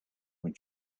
when